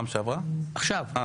לא,